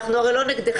אנחנו הרי לא נגדכם,